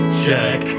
check